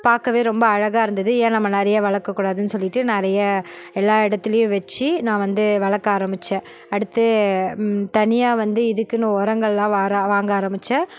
பார்க்கவே ரொம்ப அழகாக இருந்தது ஏன் நம்ம நிறையா வளர்க்க கூடாதுன்னு சொல்லிட்டு நிறைய எல்லா இடத்துலையும் வச்சு நான் வந்து வளர்க்க ஆரமிச்சேன் அடுத்து தனியாக வந்து இதுக்குன்னு உரங்கள்லான் வாங்க ஆரமிச்சேன்